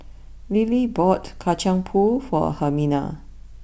Lilie bought Kacang Pool for Hermina